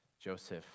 Joseph